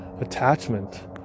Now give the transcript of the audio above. Attachment